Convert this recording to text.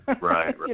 Right